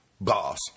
boss